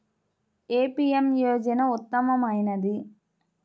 ఏ PM యోజన ఉత్తమమైనది?